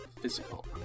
physical